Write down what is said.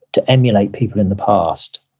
to emulate people in the past.